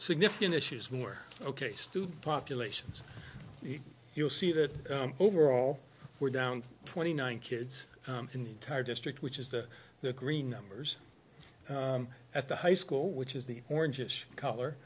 significant issues more ok student populations you'll see that overall we're down twenty nine kids in the entire district which is that the green numbers at the high school which is the orange ish color